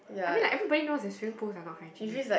I mean like everybody know as swimming pool are not hygiene